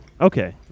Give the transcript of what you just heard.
okay